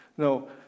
No